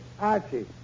Archie